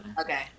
Okay